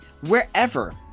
wherever